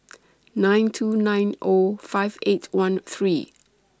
nine two nine O five eight one three